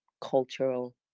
cultural